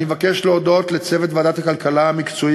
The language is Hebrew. אני מבקש להודות לצוות ועדת הכלכלה המקצועי